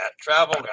travel